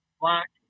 Black